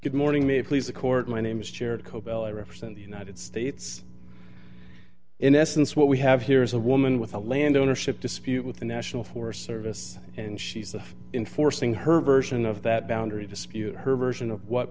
good morning may please the court my name is chaired cobell i represent the united states in essence what we have here is a woman with a land ownership dispute with the national forest service and she's the enforcing her version of that boundary dispute her version of what